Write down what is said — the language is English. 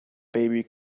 baby